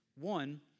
One